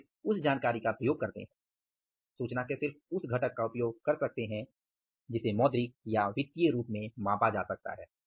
हम सिर्फ उस जानकारी का प्रयोग कर सकते हैं सूचना के सिर्फ उस घटक का उपयोग कर सकते हैं जिसे मौद्रिक या वित्तीय रूप में मापा जा सकता है